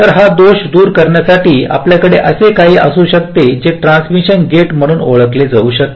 तर हा दोष दूर करण्यासाठी आपल्याकडे असे काही असू शकते जे ट्रांसमिशन गेट म्हणून ओळखले जाऊ शकते